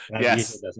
Yes